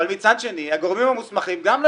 אבל מצד שני הגורמים המוסמכים גם לא